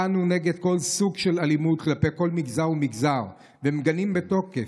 אנו נגד כל סוג של אלימות כלפי כל מגזר ומגזר ומגנים בתוקף,